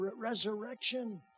resurrection